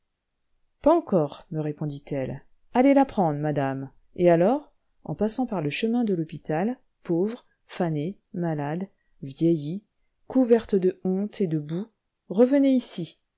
pas encore me répondit-elle allez l'apprendre madame et alors en passant par le chemin de l'hôpital pauvre fanée malade vieillie couverte de honte et de boue revenez ici